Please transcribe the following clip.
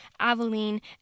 Aveline